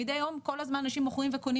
מדי יום כל הזמן אנשים מוכרים וקונים